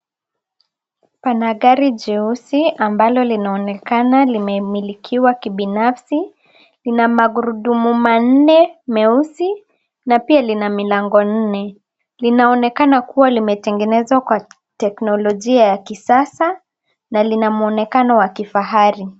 Pana gari jeusi ambalo linaonekana limemilikwa kibinafsi lina magurudumu manne meusi na pia lina milango nne. Linaonekana kuwa limetegenezwa na teknolojia ya kisasa lina muonekano wakifahari.